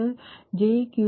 ಆದ್ದರಿಂದ ನೀವು V31 1